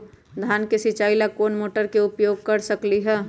धान के सिचाई ला कोंन मोटर के उपयोग कर सकली ह?